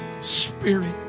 spirit